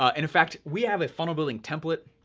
ah in fact, we have a funnel building template,